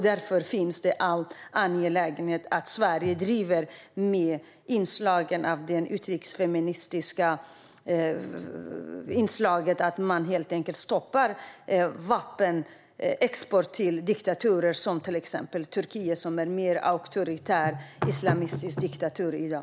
Därför är det mycket angeläget att Sveriges feministiska regering helt enkelt stoppar vapenexport till diktaturer som Turkiet som är en mer auktoritär islamistisk diktatur i dag.